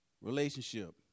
Relationship